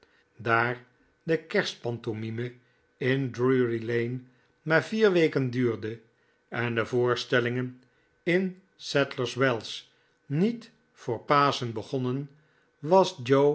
daar de kerstpantomime in drury-lane maar vier weken duurde en de voorstellingen in sadlers wells niet voor paschen begonnen was